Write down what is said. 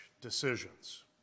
decisions